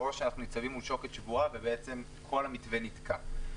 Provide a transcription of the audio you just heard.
או שאנחנו ניצבים מול שוקת שבורה ובעצם כל המתווה נתקע?